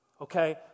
Okay